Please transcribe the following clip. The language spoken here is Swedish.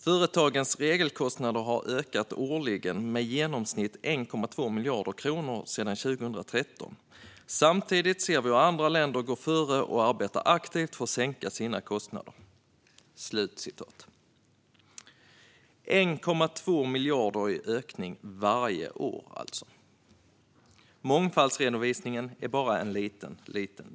Företagens regelkostnader har ökat årligen med i genomsnitt 1,2 miljarder kr sedan 2013. Samtidigt ser vi hur andra länder går före och arbetar aktivt för att sänka sina kostnader." Det är alltså 1,2 miljarder i ökning, varje år. Mångfaldsredovisning är bara en liten del.